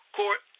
court